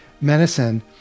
medicine